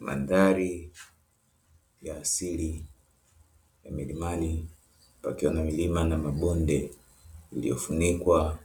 Mandhari ya asili ya milimani, kukiwa na milima na mabonde, iliyofunikwa